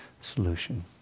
solution